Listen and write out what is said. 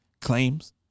claims